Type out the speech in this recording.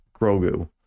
Grogu